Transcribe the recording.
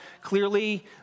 clearly